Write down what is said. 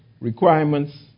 requirements